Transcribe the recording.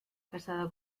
casada